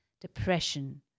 depression